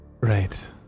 Right